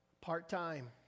part-time